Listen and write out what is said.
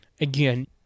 Again